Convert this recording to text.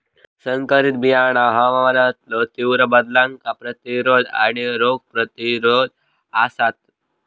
संकरित बियाणा हवामानातलो तीव्र बदलांका प्रतिरोधक आणि रोग प्रतिरोधक आसात